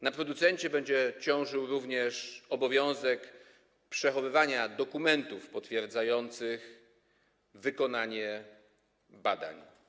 Na producencie będzie również ciążył obowiązek przechowywania dokumentów potwierdzających wykonanie badań.